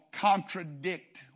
contradict